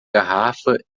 garrafa